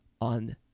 on